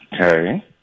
Okay